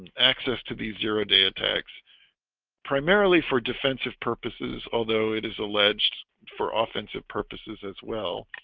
access to these zero-day attacks primarily for defensive purposes although it is alleged for offensive purposes as well,